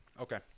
Okay